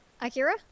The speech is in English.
Akira